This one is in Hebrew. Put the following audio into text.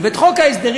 את חוק ההסדרים,